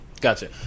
gotcha